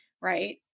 Right